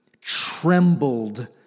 trembled